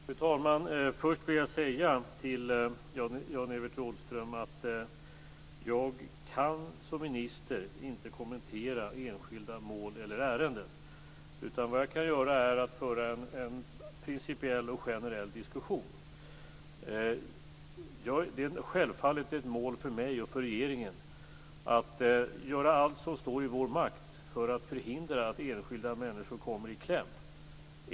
Fru talman! Först vill jag säga till Jan-Evert Rådhström att jag som minister inte kan kommentera enskilda mål eller ärenden. Vad jag kan göra är att föra en principiell och generell diskussion. Det är självfallet ett mål för mig och för regeringen att göra allt som står i vår makt för att förhindra att enskilda människor kommer i kläm.